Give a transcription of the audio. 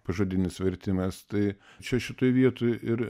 pažodinis vertimas tai čia šitoj vietoj ir